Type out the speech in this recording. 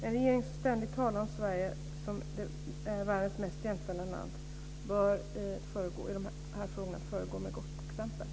En regering som ständigt talar om Sverige som världens mest jämställda land bör föregå med gott exempel i de här frågorna.